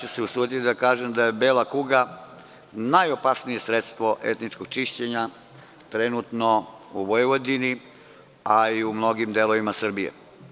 Usudiću se da kažem da je bela kuga najopasnije sredstvo etničkog čišćenje trenutno u Vojvodini, a i u mnogim delovima Srbije.